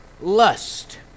lust